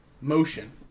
motion